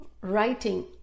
writing